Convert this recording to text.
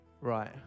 right